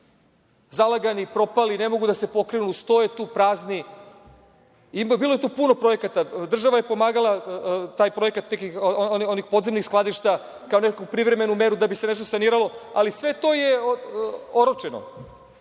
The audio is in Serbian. zalagani, propali, ne mogu da se pokrenu, stoje tu prazni. Bilo je tu puno projekata, država je pomagala taj projekat, onih podzemnih skladišta, dala neku privremenu meru da bi se nešto saniralo, ali sve to je